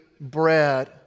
bread